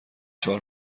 چهار